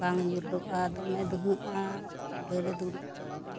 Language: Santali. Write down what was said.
ᱵᱟᱝ ᱡᱩᱞᱩᱜᱼᱟ ᱫᱚᱢᱮ ᱫᱩᱦᱟᱹᱜᱼᱟ ᱪᱩᱞᱦᱟᱹᱨᱮ ᱫᱩᱲᱩᱵ ᱠᱚᱜ ᱢᱮ